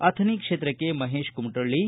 ಅಥಣಿ ಕ್ಷೇತ್ರಕ್ಕೆ ಮಹೇಶ್ ಕುಮಟಳ್ಳಿ